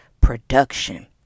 production